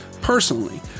personally